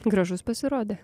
gražus pasirodė